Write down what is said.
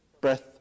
breath